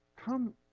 come